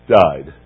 died